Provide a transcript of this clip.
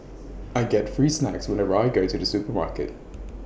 I get free snacks whenever I go to the supermarket